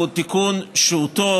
הוא תיקון שהוא טוב,